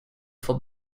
for